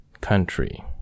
Country